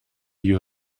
you